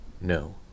No